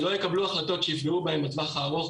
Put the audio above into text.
שלא יקבלו החלטות שיפגעו בהם בטוח הארוך,